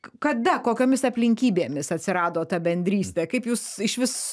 kada kokiomis aplinkybėmis atsirado ta bendrystė kaip jūs išvis